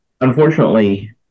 unfortunately